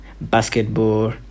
basketball